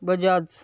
Bajaj